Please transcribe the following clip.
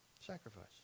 sacrifice